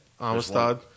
Amistad